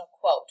quote